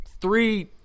three